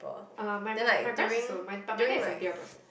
uh my mum my parents also my but my dad is a beer person